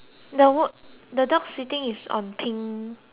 the dog sitting is on pink